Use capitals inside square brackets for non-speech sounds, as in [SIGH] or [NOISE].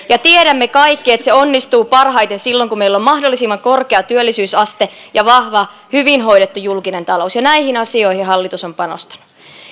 [UNINTELLIGIBLE] ja tiedämme kaikki että se onnistuu parhaiten silloin kun meillä on mahdollisimman korkea työllisyysaste ja vahva hyvin hoidettu julkinen talous ja näihin asioihin hallitus on panostanut